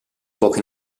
poche